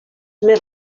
més